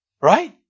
right